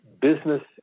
business